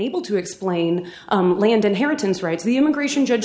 able to explain land inheritance rights the immigration judge